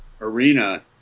arena